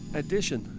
edition